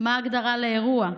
מה ההגדרה של אירוע?